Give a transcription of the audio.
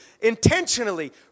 intentionally